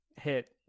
hit